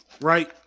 Right